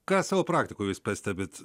ką savo praktikoj jūs pastebit